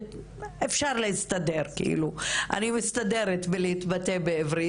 אפשר לומר שאני מצליחה להתבטא בעברית,